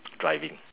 driving